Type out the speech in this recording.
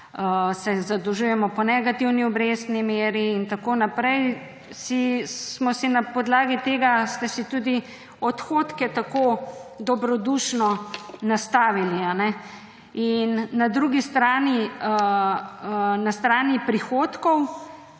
se zadolžujemo po negativni obrestni meri in tako naprej, smo si na podlagi tega – ste si – tudi odhodke tako dobrodušno nastavili. Na drugi strani, na strani prihodkov